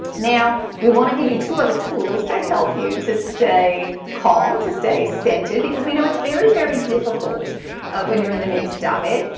now we want to give you two other tools to help you to stay calm, to stay centered, because we know it's very very difficult when you're in the midst of it.